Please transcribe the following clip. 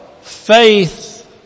Faith